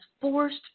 forced